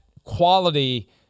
Quality